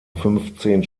fünfzehn